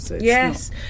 Yes